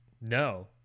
No